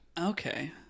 Okay